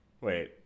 wait